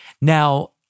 Now